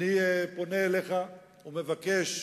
אני פונה אליך ומבקש,